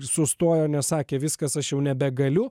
sustojo nes sakė viskas aš jau nebegaliu